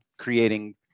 Creating